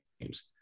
games